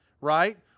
right